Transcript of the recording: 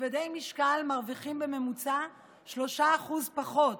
כבדי משקל מרוויחים בממוצע 3% פחות,